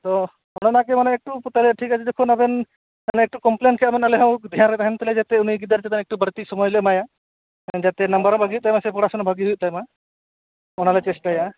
ᱟᱫᱚ ᱚᱱᱮ ᱚᱱᱟ ᱜᱮ ᱢᱟᱱᱮ ᱮᱠᱴᱩ ᱛᱟᱦᱚᱞᱮ ᱴᱷᱤᱠ ᱟᱪᱷᱮ ᱡᱚᱠᱷᱚᱱ ᱟᱵᱮᱱ ᱢᱟᱱᱮ ᱮᱠᱴᱩ ᱠᱚᱢᱯᱮᱞᱮᱱ ᱠᱮᱜᱟ ᱵᱮᱱ ᱟᱞᱮ ᱦᱚᱸ ᱫᱷᱮᱭᱟᱱ ᱨᱮ ᱛᱟᱦᱮᱱ ᱛᱟᱞᱮᱨᱭᱟ ᱡᱟᱛᱮ ᱩᱱᱤ ᱜᱤᱫᱟᱹᱨ ᱪᱮᱛᱟᱱ ᱮᱠᱴᱩ ᱵᱟᱹᱲᱛᱤ ᱥᱚᱢᱳᱭ ᱞᱮ ᱮᱢᱟᱭᱟ ᱡᱟᱛᱮ ᱱᱟᱢᱵᱟᱨ ᱦᱚᱸ ᱵᱷᱟᱜᱮ ᱦᱩᱭᱩᱜ ᱛᱟᱭᱢᱟ ᱥᱮ ᱯᱚᱲᱟᱥᱳᱱᱟ ᱵᱷᱟᱜᱮ ᱦᱩᱭᱩᱜ ᱛᱟᱭᱢᱟ ᱚᱱᱟ ᱞᱮ ᱪᱮᱥᱴᱟᱭᱟ